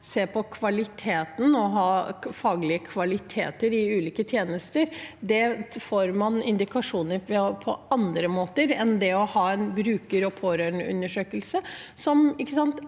se på kvaliteten og å ha faglige kvaliteter i ulike tjenester, får man indikasjoner på på andre måter enn ved å ha en bruker- og pårørendeundersøkelse.